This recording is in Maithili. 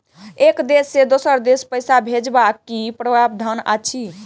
एक देश से दोसर देश पैसा भैजबाक कि प्रावधान अछि??